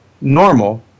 normal